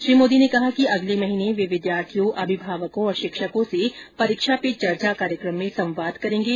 श्री मोदी ने कहा कि अगले महीने वे विधार्थियों अभिभावकों और शिक्षकों से परीक्षा पे चर्चा कार्यक्रम में संवाद करेंगे